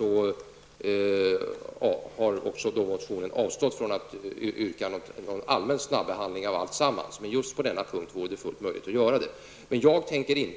Vi har däremot i motionen avstått från att yrka på någon allmän snabbehandling av alltsammans. Men just på denna punkt vore det fullt möjligt att göra